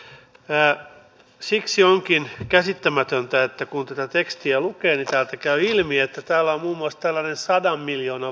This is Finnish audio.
olen ollut hyvin harmissani siitä että istuvan hallituksen ministerit ovat kerta toisensa jälkeen osoittaneet sanoillaan ja teoillaan etteivät he arvosta asiantuntijoita erityisen korkealle